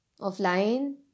offline